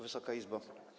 Wysoka Izbo!